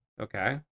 Okay